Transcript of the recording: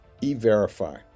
e-verify